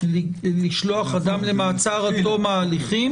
לשלוח אדם למעצר עד תום ההליכים